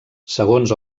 segons